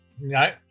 no